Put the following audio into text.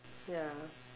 ya